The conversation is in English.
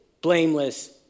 blameless